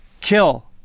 Kill